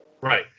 Right